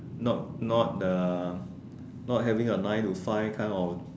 not not the not having a nine to five kind of